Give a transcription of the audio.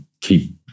keep